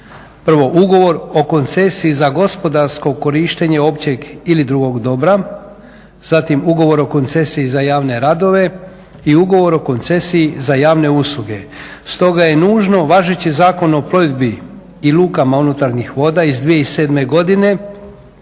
Prvo, ugovor o koncesiji za gospodarsko korištenje općeg ili drugog dobra, zatim ugovor o koncesiji za javne radove i ugovor o koncesiji za javne usluge. Stoga je nužno važeći Zakon o plovidbi i lukama unutarnjih voda iz 2007. godine